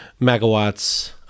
megawatts